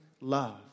love